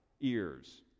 ears